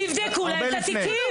תבדקו להם את התיקים.